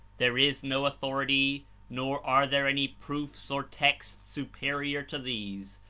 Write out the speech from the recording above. there is no authority nor are there any proofs or texts superior to these,